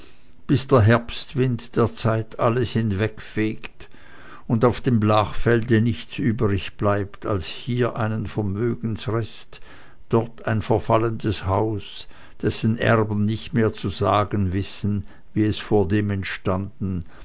bis der herbstwind der zeit alles hinwegfegt und auf dem blachfelde nichts übrigläßt als hier einen vermögensrest dort ein verfallendes haus dessen erben nicht mehr zu sagen wissen wie es vordem entstanden